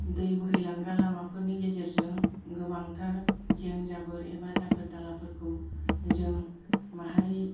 दै बोहैलांग्रा लामाफोरनि गेजेरजों गोबांथार जें जाबोर एबा दाखोर दालाफोरखौ जों माहारि